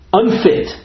unfit